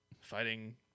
fighting